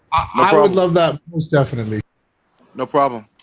i love that definitely no problem.